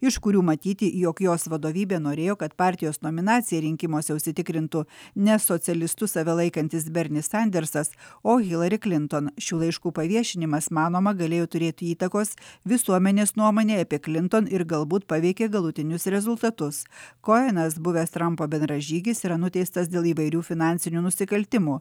iš kurių matyti jog jos vadovybė norėjo kad partijos nominaciją rinkimuose užsitikrintų ne socialistu save laikantis bernis sandersas o hilari klinton šių laiškų paviešinimas manoma galėjo turėti įtakos visuomenės nuomonei apie klinton ir galbūt paveikė galutinius rezultatus kojenas buvęs trampo bendražygis yra nuteistas dėl įvairių finansinių nusikaltimų